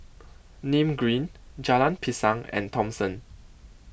Nim Green Jalan Pisang and Thomson